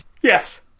Yes